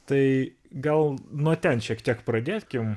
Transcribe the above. tai gal nuo ten šiek tiek pradėkim